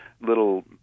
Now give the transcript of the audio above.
little